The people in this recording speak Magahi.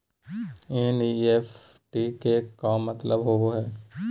एन.ई.एफ.टी के का मतलव होव हई?